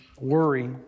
worry